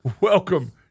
Welcome